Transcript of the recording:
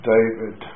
David